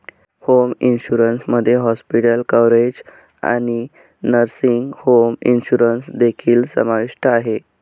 home insurance मध्ये hospital coverage आणि nursing home insurance देखील समाविष्ट आहे